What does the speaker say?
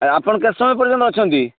ଆପଣ କେତେ ସମୟ ପର୍ଯନ୍ତ ଅଛନ୍ତି